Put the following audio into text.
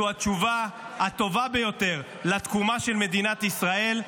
זו התשובה הטובה ביותר לתקומה של מדינת ישראל.